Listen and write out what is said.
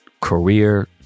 career